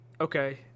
okay